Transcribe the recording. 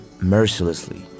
mercilessly